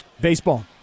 Baseball